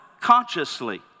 consciously